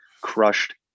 crushed